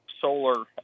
solar